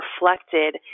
reflected